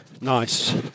Nice